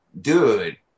dude